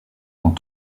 dans